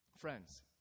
Friends